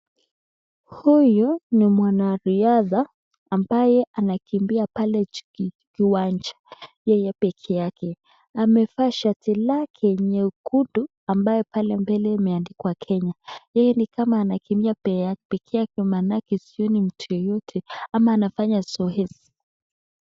Huyu ni mwanariadha ambaye anakimbia pale kiwanja, yeye peke yake. Amevaa shati lake nyekundu, ambayo pale mbele imeandikwa Kenya. Yeye ni kama anakimbia peke yake maanake sioni mtu yeyote ama anafanya zoezi.